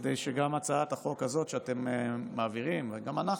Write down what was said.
כדי שגם הצעת החוק הזאת שאתם מעבירים, וגם אנחנו,